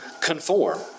conform